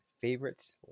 favorites